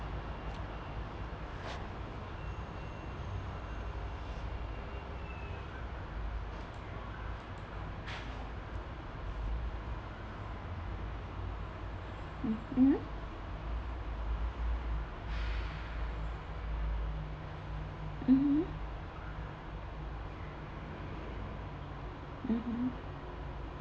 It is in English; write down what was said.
mmhmm mmhmm mmhmm